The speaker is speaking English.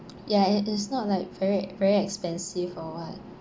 ya it is not like very very expensive or what